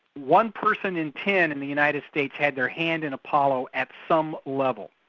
one person in ten in the united states had their hand in apollo at some level.